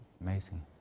amazing